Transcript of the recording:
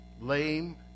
lame